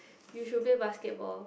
you should play basketball